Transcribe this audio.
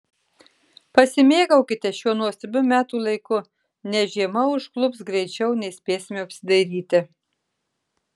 pasimėgaukite šiuo nuostabiu metų laiku nes žiema užklups greičiau nei spėsime apsidairyti